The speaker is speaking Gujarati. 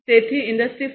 તેથી ઇન્ડસ્ટ્રી 4